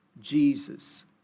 Jesus